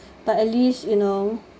but at least you know